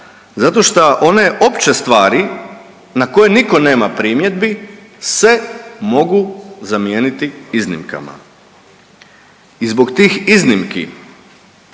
zato što one opće stvari na koje nitko nema primjedbi se mogu zamijeniti iznimkama. I zbog tih iznimki,